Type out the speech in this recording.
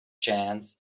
chance